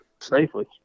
safely